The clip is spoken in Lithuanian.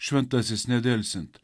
šventasis nedelsiant